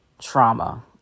trauma